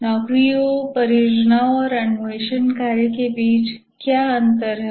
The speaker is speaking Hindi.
नौकरियों परियोजनाओं और अन्वेषण कार्य के बीच क्या अंतर है